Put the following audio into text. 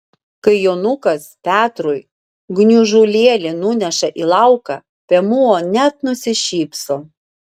kai jonukas petrui gniužulėlį nuneša į lauką piemuo net nusišypso